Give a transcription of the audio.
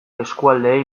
eskualdeei